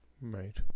Right